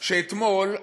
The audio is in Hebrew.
שאתמול,